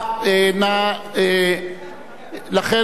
בעד